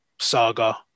saga